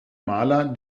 maler